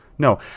No